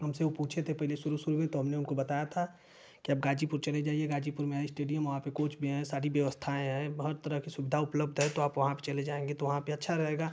हमसे वो पूछे थे पहले शुरू शुरू में तो हमने उनको बताया था कि आप गाजीपुर चले जाइए गाजीपुर में है इस्टेडियम वहाँ पर कोच भी हैं सारी ववस्थाएँ हैं बहुत तरह की सुविधा उपलब्ध है तो आप वहाँ पर चले जाएंगे तो वहाँ पर अच्छा रहेगा